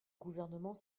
gouvernement